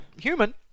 human